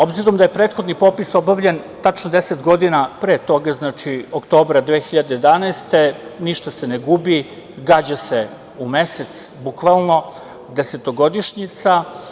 Obzirom da je prethodni popis obavljen tačno 10 godina pre toga, znači, oktobra 2011. godine, ništa se ne gubi, gađa se u mesec bukvalno, desetogodišnjica.